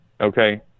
okay